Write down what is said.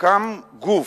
קם גוף,